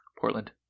Portland